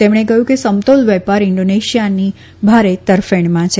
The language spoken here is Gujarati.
તેમણે કહ્યું કે સમતોલ વેપાર ઈન્કોનેશિયાની ભારે તરફેણમાં છે